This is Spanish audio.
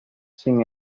sin